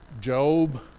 Job